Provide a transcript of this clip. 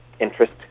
interest